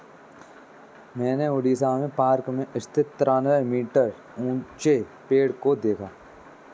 मैंने उड़ीसा में पार्क में स्थित तिरानवे मीटर ऊंचे पेड़ को देखा है